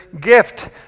gift